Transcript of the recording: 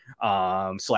slash